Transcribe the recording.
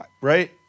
right